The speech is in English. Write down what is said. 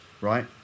right